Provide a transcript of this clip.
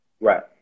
Right